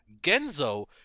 Genzo